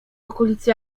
okolicy